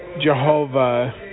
Jehovah